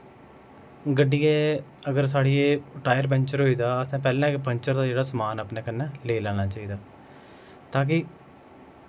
गड्डिये अगर साढ़िये टायर पैंचर होई दा असैं पैह्लैं गै पैंचर दा जेह्ड़ा समान अपनै कन्नै लेई लैना चाहिदा ता कि